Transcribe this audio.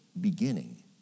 beginning